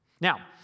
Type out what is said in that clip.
Now